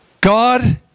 God